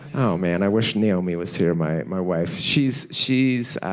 oh man, i wish naomi was here, my my wife. she's she's